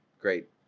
great